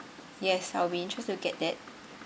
yes I'll be interested to get that